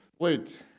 Wait